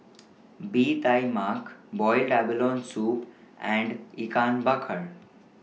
Bee Tai Mak boiled abalone Soup and Ikan Bakar